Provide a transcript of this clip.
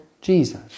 Jesus